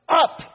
Up